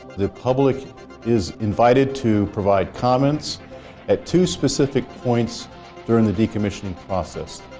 the public is invited to provide comments at two specific points during the decommission process.